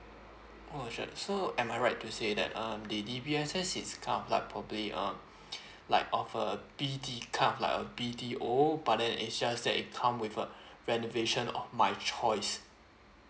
oh sure so am I right to say that um the D_B_S_S is kind of like probably um like of uh B_T kind of like uh B_T_O but then is just that it come with uh renovation of my choice